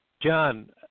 John